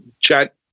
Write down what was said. chat